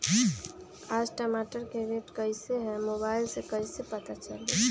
आज टमाटर के रेट कईसे हैं मोबाईल से कईसे पता चली?